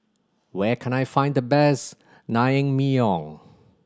where can I find the best Naengmyeon